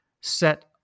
set